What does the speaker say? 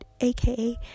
aka